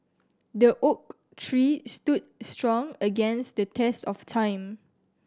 the oak tree stood strong against the test of time